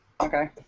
Okay